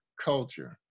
culture